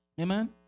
Amen